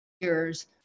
years